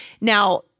Now